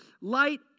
Light